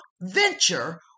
venture